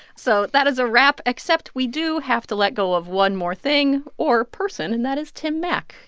so that is a wrap, except we do have to let go of one more thing or person, and that is tim mak.